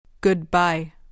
Goodbye